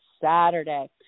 Saturday